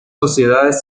sociedades